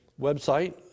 website